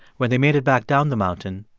when they made it back down the mountain,